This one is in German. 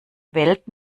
welt